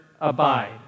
abide